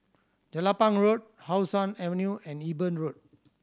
Jelapang Road How Sun Avenue and Eben Road